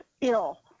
ill